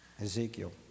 Ezekiel